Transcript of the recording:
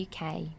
UK